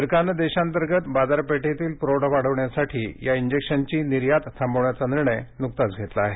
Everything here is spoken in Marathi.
सरकारने देशांतर्गत बाजारपेठेतील पुरवठा वाढविण्यासाठी या इंजेक्शनची निर्यात थांबवण्याचा निर्णय नुकताच घेतला आहे